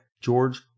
George